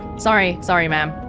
sorry, sorry, ma'am,